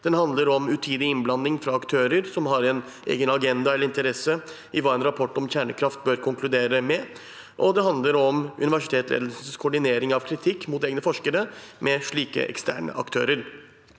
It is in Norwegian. den handler om utidig innblanding fra aktører som har en egen agenda eller interesse i hva en rapport om kjernekraft bør konkludere med, og den handler om universitetsledelsens koordinering av kritikk mot egne forskere med slike eksterne aktører.